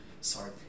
sorry